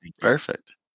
Perfect